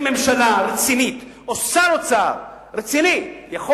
איך ממשלה רצינית או שר אוצר רציני יכול